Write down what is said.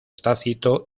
tácito